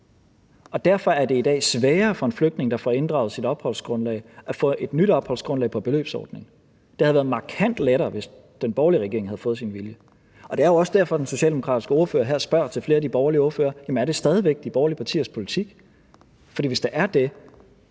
derfor er det i dag sværere for en flygtning, der får inddraget sit opholdsgrundlag, at få et nyt opholdsgrundlag på beløbsordningen, mens det havde været markant lettere, hvis den borgerlige regering havde fået sin vilje. Det er også derfor, at den socialdemokratiske ordfører spørger flere af de borgerlige ordførere, om det stadig væk er de borgerlige partiers politik,